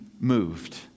moved